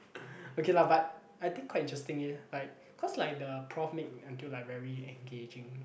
okay lah but I think quite interesting eh like cause like the prof make until like very engaging